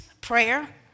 prayer